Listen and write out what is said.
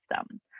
system